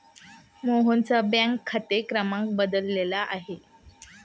मोहनचा बँक खाते क्रमांक बदलला आहे